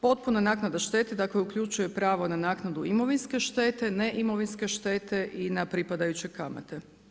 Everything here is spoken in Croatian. Potpuna naknada štete uključuje pravo na naknadnu imovinske štete, ne imovinske štete i na pripadajuće kamate.